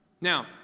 Now